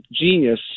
genius